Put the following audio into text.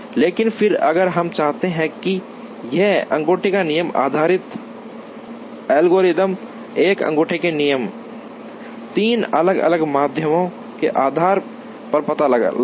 लेकिन फिर अगर हम चाहते हैं कि यह अंगूठे का नियम आधारित एल्गोरिदम एक अंगूठे के नियम तीन अलग अलग माध्यियों के आधार पर पता लगाए